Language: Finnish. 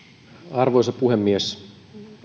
arvoisa puhemies